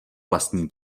vlastní